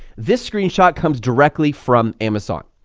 this screenshot comes directly from amazon.